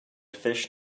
fish